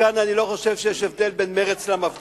וכאן אני לא חושב שיש הבדל בין מרצ למפד"ל.